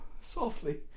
softly